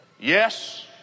Yes